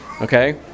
okay